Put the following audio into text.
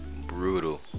brutal